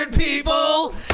people